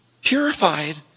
purified